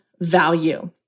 value